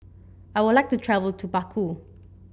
I would like to travel to Baku